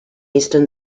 eastern